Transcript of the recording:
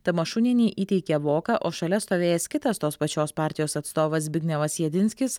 tamašunienei įteikė voką o šalia stovėjęs kitas tos pačios partijos atstovas zbignevas jedinskis